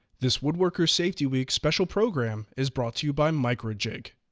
this wood worker's safety week special program is brought to you by micro jig,